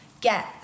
get